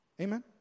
Amen